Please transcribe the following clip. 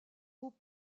beau